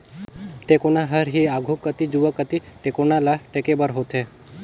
टेकोना हर ही आघु कती जुवा कती टेकोना ल टेके बर होथे